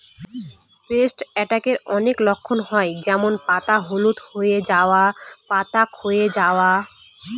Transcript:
paste অ্যাটাকের অনেক লক্ষণ হয় যেমন পাতা হলুদ হয়ে যাওয়া, পাতা ক্ষয়ে যাওয়া